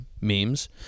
memes